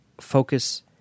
focus